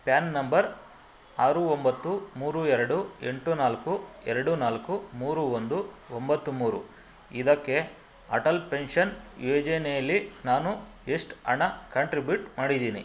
PAN number ಆರು ಒಂಬತ್ತು ಮೂರು ಎರಡು ಎಂಟು ನಾಲ್ಕು ಎರಡು ನಾಲ್ಕು ಮೂರು ಒಂದು ಒಂಬತ್ತು ಮೂರು ಇದಕ್ಕೆ ಅಟಲ್ ಪೆನ್ಷನ್ ಯೋಜನೆಲಿ ನಾನು ಎಷ್ಟು ಹಣ ಕಾಂಟ್ರಿಬ್ಯೂಟ್ ಮಾಡಿದ್ದೀನಿ